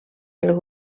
del